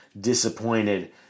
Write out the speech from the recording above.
disappointed